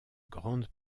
grande